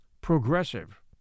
progressive